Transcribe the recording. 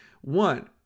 One